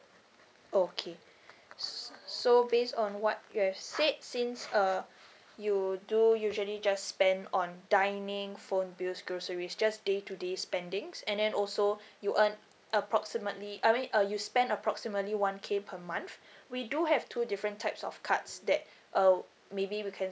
okay s~ so based on what you have said since uh you do usually just spend on dining phone bills groceries just day to day spendings and then also you earn approximately I mean uh you spend approximately one K per month we do have two different types of cards that uh maybe we can